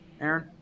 Aaron